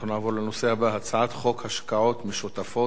אנחנו נעבור לנושא הבא: הצעת חוק השקעות משותפות